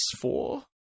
four